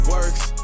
Works